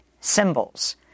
symbols